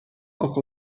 auch